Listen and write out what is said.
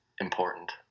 important